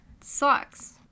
sucks